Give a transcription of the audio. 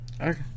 Okay